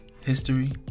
history